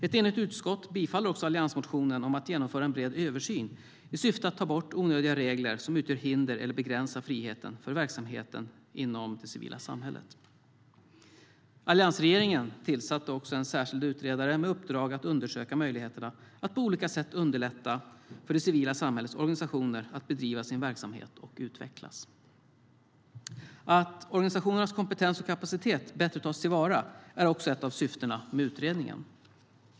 Ett enigt utskott biträder också alliansmotionen om att genomföra en bred översyn i syfte att ta bort onödiga regler som utgör hinder eller begränsar friheten för verksamheten inom det civila samhället. Alliansregeringen tillsatte också en särskild utredare med uppdrag att undersöka möjligheterna att på olika sätt underlätta för det civila samhällets organisationer att bedriva sin verksamhet och utvecklas. Att organisationernas kompetens och kapacitet bättre tas till vara är också ett av syftena med utredningen.